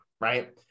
right